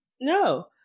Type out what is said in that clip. no